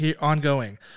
ongoing